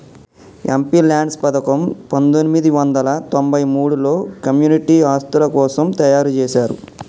MPLADS పథకం పందొమ్మిది వందల తొంబై మూడులో కమ్యూనిటీ ఆస్తుల కోసం తయ్యారుజేశారు